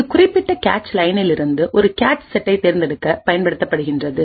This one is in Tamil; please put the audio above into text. இது குறிப்பிட்ட கேச் லைனில் இருந்து ஒரு கேச் செட்டை தேர்ந்தெடுக்க பயன்படுத்தப்படுகின்றது